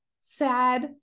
sad